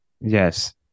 Yes